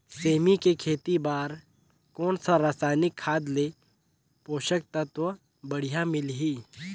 सेमी के खेती बार कोन सा रसायनिक खाद ले पोषक तत्व बढ़िया मिलही?